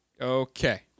Okay